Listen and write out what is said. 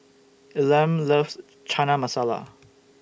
Elam loves Chana Masala